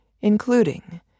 including